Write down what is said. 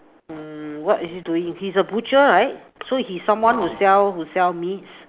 mm what is he doing he's a butcher right so he's someone who sell who sell meats